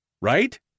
right